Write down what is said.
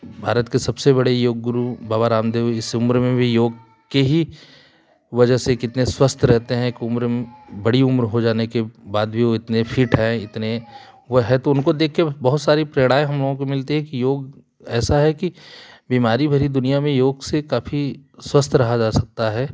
भारत के सबसे बड़े योग गुरु बाबा रामदेव इस उम्र में भी योग के ही वजह से कितने स्वस्थ रहते हैं एक उम्र बड़ी उम्र हो जाने के बाद भी वो इतने फ़िट हैं इतने वो हैं तो उनको देखके बहुत सारी प्रेरणाएँ हम लोगों को मिलती हैं कि योग ऐसा है कि बीमारी भारी दुनिया में योग से काफ़ी स्वस्थ रहा जा सकता है